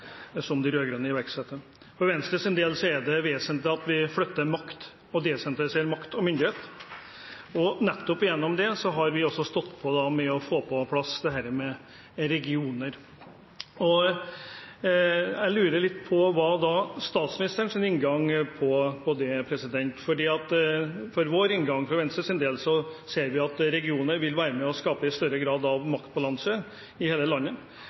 som de rød-grønne iverksatte. For Venstres del er det vesentlig at vi flytter makt, og desentraliserer makt og myndighet. Nettopp derfor har vi stått på for å få på plass regioner. Jeg lurer litt på hva som er statsministerens inngang til det. For Venstres del ser vi at regioner i større grad vil være med på å skape maktbalanse i hele landet. Vi i Venstre fikk gjennomslag i